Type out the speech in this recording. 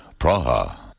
Praha